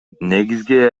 негизги